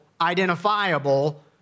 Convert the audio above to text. identifiable